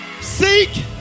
Seek